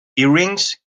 earrings